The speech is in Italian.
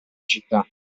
città